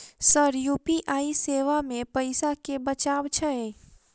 Sir UPI सेवा मे पैसा केँ बचाब छैय?